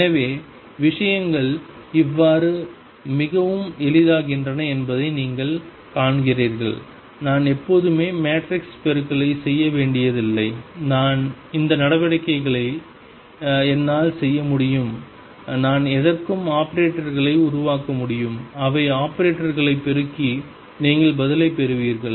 எனவே விஷயங்கள் எவ்வாறு மிகவும் எளிதாகின்றன என்பதை நீங்கள் காண்கிறீர்கள் நான் எப்போதுமே மேட்ரிக்ஸ் பெருக்கலை செய்ய வேண்டியதில்லை இந்த நடவடிக்கைகளை என்னால் செய்ய முடியும் நான் எதற்கும் ஆபரேட்டர்களை உருவாக்க முடியும் அவை ஆபரேட்டர்களைப் பெருக்கி நீங்கள் பதிலைப் பெறுவீர்கள்